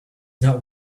not